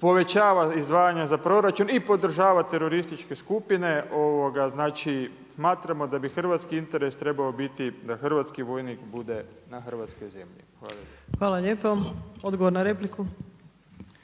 povećava izdvajanje za proračun i podržava terorističke skupine znači smatramo da bi hrvatski interes trebao biti da hrvatski vojnik bude na hrvatskoj zemlji. Hvala lijepo. **Opačić,